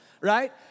right